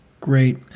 Great